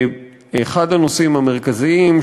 אחד הנושאים המרכזיים,